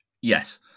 yes